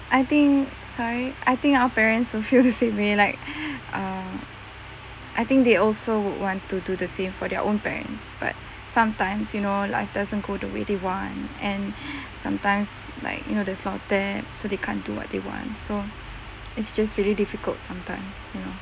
I think sorry I think our parents would feel the same where they like err I think they also would want to do the same for their own parents but sometimes you know life doesn't go the way they want and sometimes like you know so they can't do what they want so it's just really difficult sometimes you know